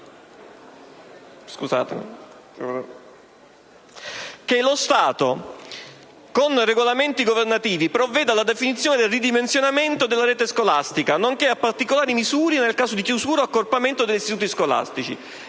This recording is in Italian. che lo Stato, con regolamenti governativi, provvede alla definizione del ridimensionamento della rete scolastica, nonché a particolari misure nel caso di chiusura o accorpamento degli istituti scolastici.